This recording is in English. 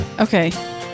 Okay